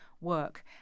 work